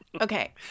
okay